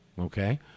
okay